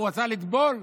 הוא רצה לטבול,